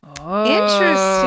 Interesting